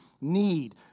need